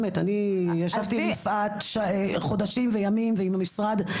באמת, ישבתי עם יפעת חודשים וימים, ועם המשרד.